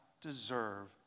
deserve